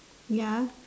ya